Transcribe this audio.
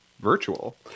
virtual